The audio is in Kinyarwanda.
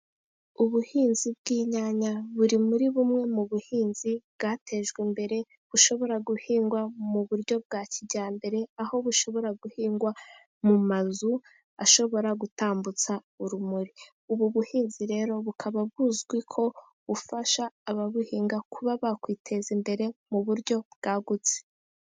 Ubuhinzi bw'inyanya buri muri bumwe mu buhinzi bwatejwe imbere ,bushobora guhingwa mu buryo bwa kijyambere aho bushobora guhingwa mu mazu ashobora gutambutsa urumuri. Ubu buhinzi rero bukaba buzwi ko bufasha ababuhinga kuba bakwiteza imbere mu buryo bwagutse.